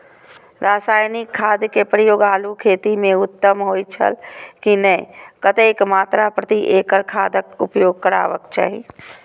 रासायनिक खाद के प्रयोग आलू खेती में उत्तम होय छल की नेय आ कतेक मात्रा प्रति एकड़ खादक उपयोग करबाक चाहि?